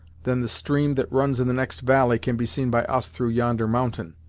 than the stream that runs in the next valley can be seen by us through yonder mountain',